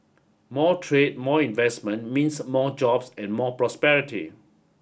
more trade more investment means more jobs and more prosperity